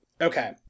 okay